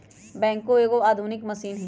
backhoe एगो आधुनिक machine हइ